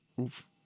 Oof